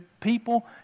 people